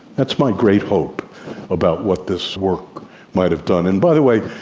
that's my great hope about what this work might have done. and by the way,